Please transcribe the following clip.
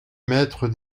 maître